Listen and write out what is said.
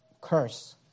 Curse